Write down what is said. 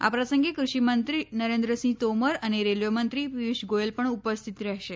આ પ્રસંગે કૃષિ મંત્રી નરેન્દ્રસિંહ તોમર અને રેલ્વે મંત્રી પિયુષ ગોયલ પણ ઉપસ્થિત રહેશે